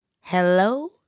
Hello